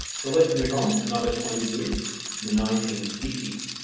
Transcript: so let's move on another twenty years in the nineteen fifty s.